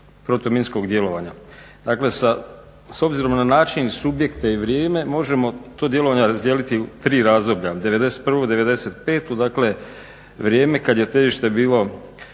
protuminskog djelovanja. dakle, s obzirom na način, subjekte i vrijeme možemo to djelovanje razdijeliti u tri razdoblja '91., '95. Dakle, vrijeme kad je težište bilo,